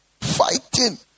fighting